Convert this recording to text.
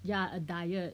yeah a diet